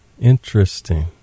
Interesting